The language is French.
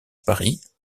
paris